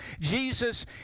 Jesus